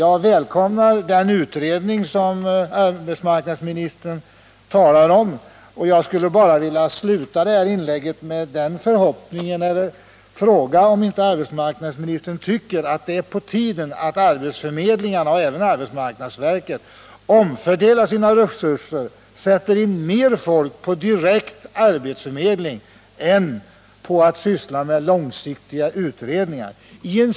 Jag välkomnar den utredning som arbetsmarknadsministern talar om. Jag skulle bara vilja sluta det här inlägget med att fråga om inte arbetsmarknadsministern tycker att det är på tiden att arbetsförmedlingarna och även arbetsmarknadsverket omfördelar sina resurser, sätter in mer folk på direkt arbetsförmedling än på att syssla med långsiktiga utredningar.